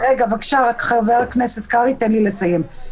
הבקשה שחברי הוועדה יהיו נוכחים בחדר ההקלדה אינה ריאלית.